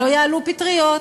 שלא יעלו פטריות,